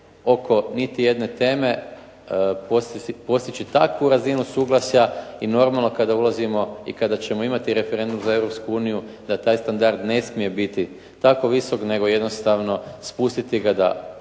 oko niti jedne teme postići takvu razinu suglasja i normalno kada ulazimo i kada ćemo imati referendum za Europsku uniju da taj standard ne smije biti tako visok, nego jednostavno spustiti ga da